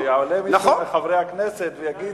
שיעלה מישהו מחברי הכנסת ויגיד,